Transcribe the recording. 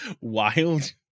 wild